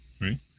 right